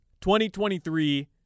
2023